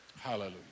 Hallelujah